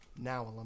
now